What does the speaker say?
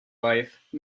wife